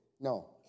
No